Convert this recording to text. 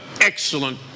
excellent